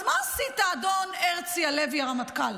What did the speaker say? אז מה עשית, אדון הרצי הלוי, הרמטכ"ל?